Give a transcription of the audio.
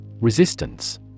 Resistance